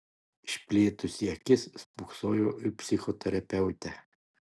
išplėtusi akis spoksojau į psichoterapeutę